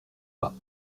pas